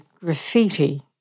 graffiti